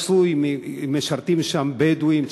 שמשרתים בו בדואים,